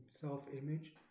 self-image